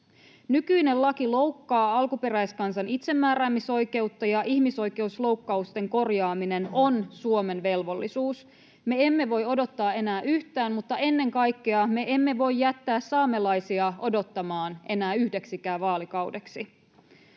Nykyinen laki loukkaa alkuperäiskansan itsemääräämisoikeutta, ja ihmisoikeusloukkausten korjaaminen on Suomen velvollisuus. Me emme voi odottaa enää yhtään, mutta ennen kaikkea me emme voi jättää saamelaisia odottamaan enää yhdeksikään vaalikaudeksi.